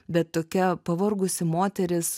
bet tokia pavargusi moteris